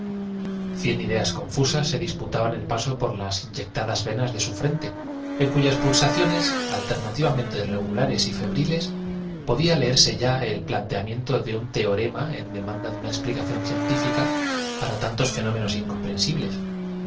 cien ideas confusas se disputaban el paso por las inyectadas venas de su frente en cuyas pulsaciones alternativamente regula res y febriles podía leerse ya el planteamiento de un teorema en demanda de una explicación científica para tantos fenómenos incomprensibles